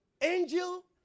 angel